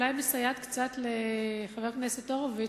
אני אולי מסייעת קצת לחבר הכנסת הורוביץ